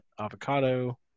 avocado